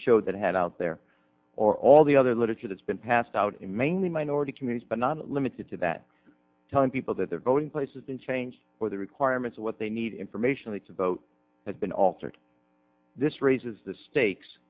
show that head out there or all the other literature that's been passed out mainly minority communities but not limited to that telling people that their voting places been changed or the requirements of what they need information to vote has been altered this raises the stakes